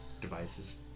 devices